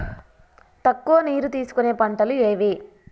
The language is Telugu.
తక్కువ నీరు తీసుకునే పంటలు ఏవి?